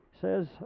says